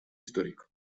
histórico